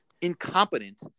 incompetent